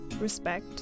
Respect